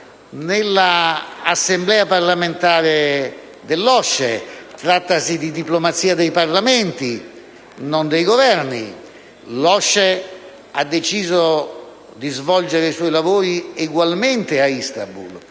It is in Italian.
per l'Assemblea parlamentare dell'OSCE (trattasi di diplomazia dei Parlamenti, non dei Governi). L'OSCE ha deciso di svolgere i suoi lavori egualmente ad Istanbul,